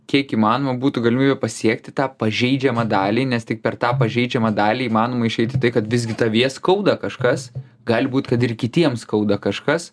kiek įmanoma būtų galimybė pasiekti tą pažeidžiamą dalį nes tik per tą pažeidžiamą dalį įmanoma išeit į tai kad visgi tavyje skauda kažkas gali būt kad ir kitiem skauda kažkas